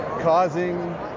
causing